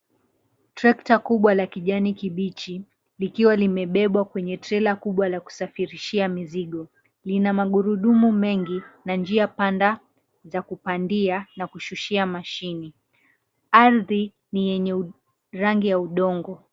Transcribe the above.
Trekta kubwa la kijani kibichi, likiwa limebebwa kwenye trela kubwa la kusafirishia mizigo, lina magurudumu mengi na njia panda za kupandia na kushushia mashini. Ardhi ni yenye rangi ya udongo.